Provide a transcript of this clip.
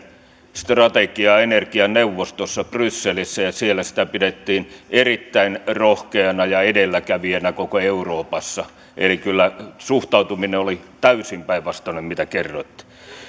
strategiaa energianeuvostossa brysselissä ja siellä sitä pidettiin erittäin rohkeana ja edelläkävijänä koko euroopassa eli kyllä suhtautuminen oli täysin päinvastainen kuin kerroitte